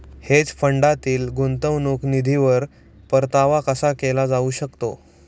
Hedge फंडातील गुंतवणूक निधीवर परतावा कसा केला जाऊ शकतो?